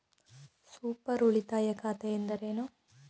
Super ಉಳಿತಾಯ ಖಾತೆ ಎಂದರೇನು?